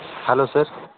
hello sir